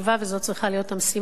וזאת צריכה להיות המשימה,